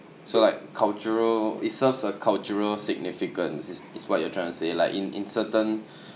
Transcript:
so like cultural it serves a cultural significance is is what you're trying to say like in in certain